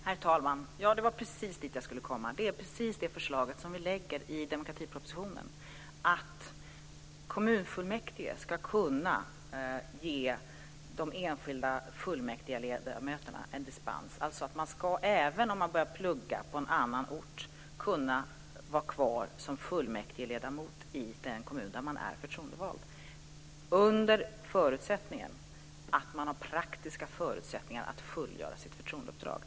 Herr talman! Ja, det var precis dit jag skulle komma. Det är precis det förslaget som vi lägger fram i demokratipropositionen: Kommunfullmäktige ska kunna ge de enskilda fullmäktigeledamöterna dispens. Även om man börjar studera på en annan ort ska man kunna vara kvar som fullmäktigeledamot i den kommun där man är förtroendevald - under förutsättningen att man har praktiska förutsättningar att fullgöra sitt förtroendeuppdrag.